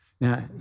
Now